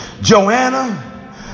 Joanna